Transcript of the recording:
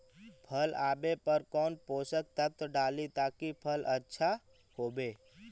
फल आबे पर कौन पोषक तत्ब डाली ताकि फल आछा होबे?